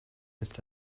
ist